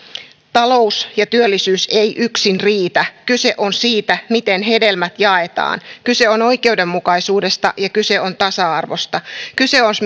talous ja työllisyys eivät yksin riitä kyse on siitä miten hedelmät jaetaan kyse on oikeudenmukaisuudesta ja kyse on tasa arvosta kyse on